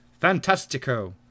fantastico